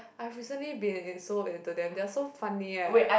I've recently been so into them they're so funny eh